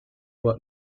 what